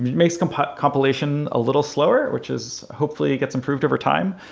makes um but compilation a little slower, which is hopefully gets improved over time,